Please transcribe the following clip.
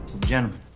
gentlemen